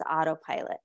autopilot